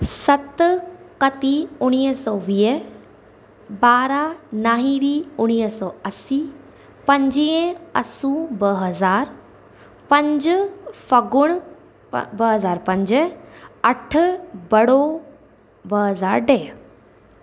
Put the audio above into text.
सत कती उणिवीह सौ वीह ॿारहं नाहिरी उणिवीह सौ असीं पंजवीह असू ॿ हज़ार पंज फगुण ॿ हज़ार पंज अठ ॿडो ॿ हज़ार ॾह